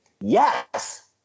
Yes